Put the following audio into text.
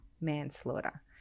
manslaughter